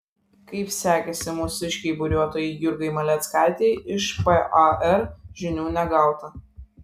kaip sekėsi mūsiškei buriuotojai jurgai maleckaitei iš par žinių negauta